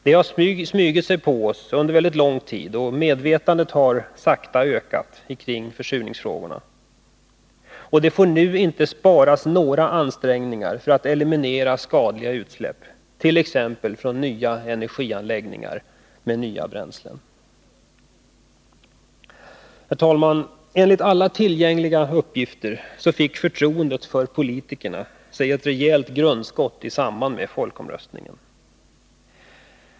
Den har smugits på oss under lång tid, och medvetandet i försurningsfrågorna har ökat sakta. Det får inte sparas några ansträngningar för att eliminera skadliga utsläpp t.ex. från nya energianläggningar med nya bränslen. Herr talman! Enligt alla tillgängliga uppgifter fick sig förtroendet för politikerna ett rejält grundskott i samband med folkomröstningen.